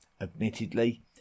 Admittedly